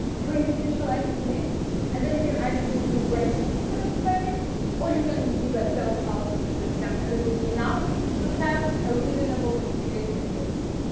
pre-initialized, at least and then you can either do a calibration instead of training or you can give like several trials to the system and that will be enough to have a reasonable classification accuracy.